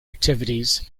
activities